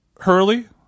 Hurley